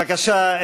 בבקשה,